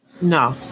No